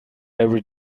every